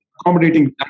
Accommodating